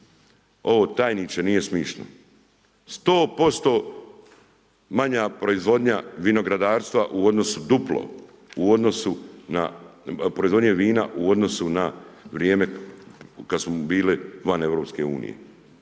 ovo tajniče nije smiješno. 100% manja proizvodnja vinogradarstva u odnosu, duplo proizvodnje vina u odnosu na vrijeme kad smo bili van EU. Da li je